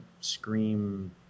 scream